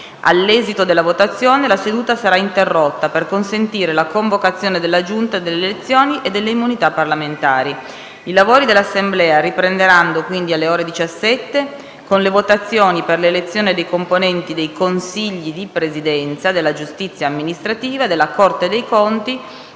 All'esito della votazione, la seduta sarà sospesa per consentire la convocazione della Giunta delle elezioni e delle immunità parlamentari. I lavori dell'Assemblea riprenderanno quindi alle ore 17 con le votazioni per l'elezione dei componenti dei consigli di presidenza della giustizia amministrativa, della Corte dei conti